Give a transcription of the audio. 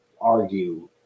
argue